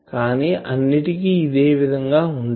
కానీ అన్నిటికి ఇదే విధం గా ఉంటాయి